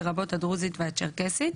לרבות הדרוזית והצ'רקסית,"